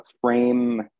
frame